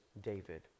David